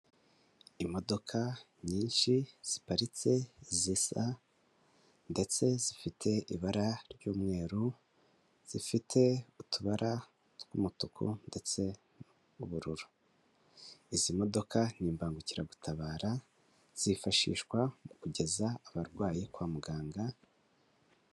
Imodoka nyinshi ziparitse zisa ndetse zifite ibara ry'umweru zifite utubara tw'umutuku ndetse n'ubururu izi modoka ni imbangukiragutabara zifashishwa mu kugeza abarwaye kwa muganga.